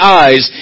eyes